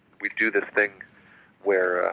we do this thing where,